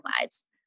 lives